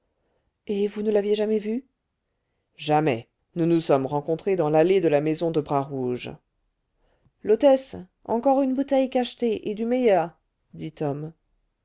et vous ne l'aviez jamais vu jamais nous nous sommes rencontrés dans l'allée de la maison de bras rouge l'hôtesse encore une bouteille cachetée et du meilleur dit tom